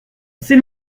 c’est